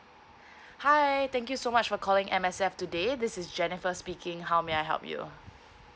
hi thank you so much for calling M_S_F today this is jennifer speaking how may I help you